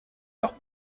leurs